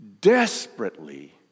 desperately